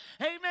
amen